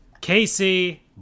Casey